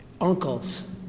uncles